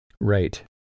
Right